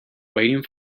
waiting